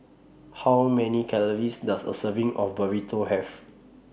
How Many Calories Does A Serving of Burrito Have